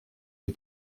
les